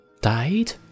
Died